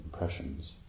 impressions